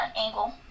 angle